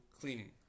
cleaning